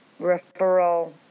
referral